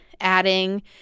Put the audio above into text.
adding